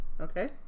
Okay